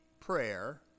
prayer